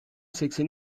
seksen